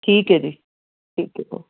ਠੀਕ ਹੈ ਜੀ ਠੀਕ ਹੈ